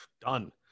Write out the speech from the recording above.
Done